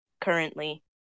currently